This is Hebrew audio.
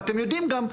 ואתם יודעים גם,